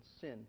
sin